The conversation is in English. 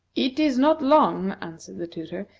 it is not long, answered the tutor,